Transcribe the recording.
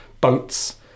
boats